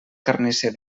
carnisser